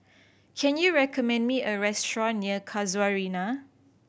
can you recommend me a restaurant near Casuarina